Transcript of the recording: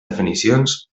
definicions